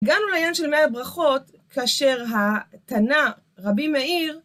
הגענו לעניין של מאה הברכות, כאשר התנא רבי מאיר